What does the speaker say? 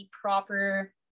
proper